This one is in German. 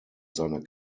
seiner